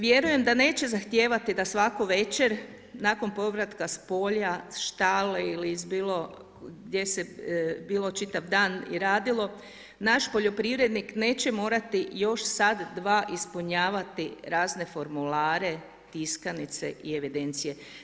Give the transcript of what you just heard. Vjerujem da neće zahtijevati da svaku večer nakon povratka s polja, štale ili gdje se bilo čitav dan i radilo, naš poljoprivrednik neće morati još sat, dva ispunjavati razne formulare, tiskanice i evidencije.